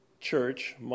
church